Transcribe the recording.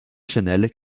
chanel